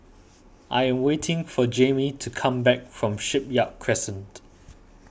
I am waiting for Jaime to come back from Shipyard Crescent